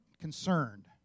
concerned